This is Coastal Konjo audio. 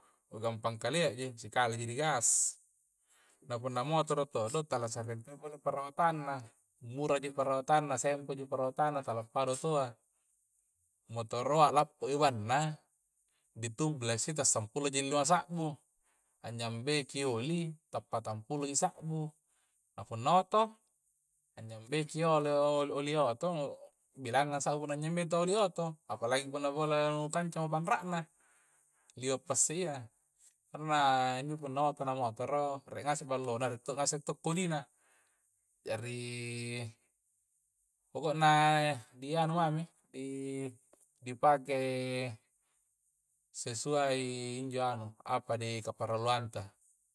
Nu gampang kalea ji sikali ji di gas na punna motoro todo tala sare to' pole parawatanna muraji parawatanna sempoji parawatanna tala pada otoa motoroa lappo i banna di tublesi ta simpulo ji lima sa'bu anyambeki oli patampulo sa'bu a punna oto anyambei ki olo oli oto nu' bedanna sa'bu anyambei to oli oto apalagi punna pole ngungkancang panra' na liwa' pisseia pernah injo punna oto na motoro re ngaseng ballo na rie to ngase to kodi na jari pokokna di anu mami di pakai sesuai injo anu apa di kaparaluangta